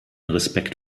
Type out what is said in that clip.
respekt